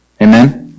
Amen